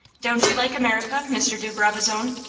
don't you like america, mr. de brabazon?